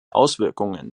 auswirkungen